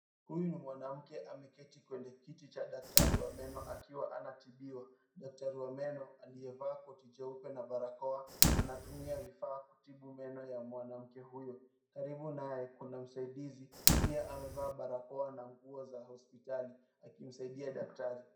Huyu ni mwanamke ameketi kwenye kiti cha daktari wa meno akiwa anatibiwa. Daktari wa meno aliyevaa koti jeupe na barakoa, anatumia vifaa kutibu meno ya mwanamke huyo. Karibu naye kuna msaidizi, pia amevaa barakoa na nguo za hospitali akimsaidia daktari.